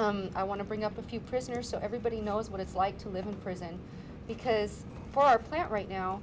i want to bring up a few prisoners so everybody knows what it's like to live in prison because for our planet right now